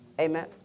Amen